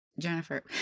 Jennifer